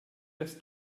das